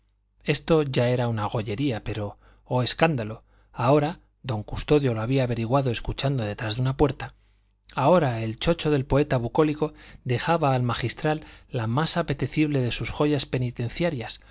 esto era ya una gollería pero oh escándalo ahora don custodio lo había averiguado escuchando detrás de una puerta ahora el chocho del poeta bucólico dejaba al magistral la más apetecible de sus joyas penitenciarias